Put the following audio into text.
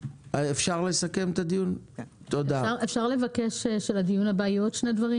אפשר לבקש שלדיון הבא יהיו עוד שני דברים?